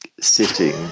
sitting